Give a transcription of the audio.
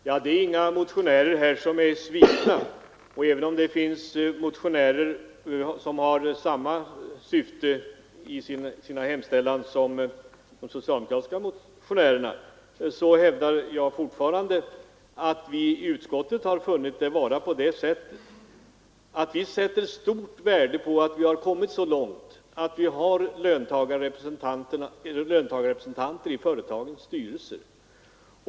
Herr talman! Det är inga motionärer här som är svikna! Även om det finns motionärer som har samma syfte med sina yrkanden som de socialdemokratiska motionärerna, så hävdar jag fortfarande att vi i utskottet sätter stort värde på att man kommit så långt att man har löntagarrepresentanter i företagens styrelser.